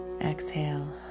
exhale